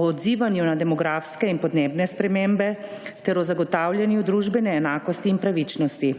o odzivanju na demografske in podnebne spremembe ter o zagotavljanju družbene enakosti in pravičnosti.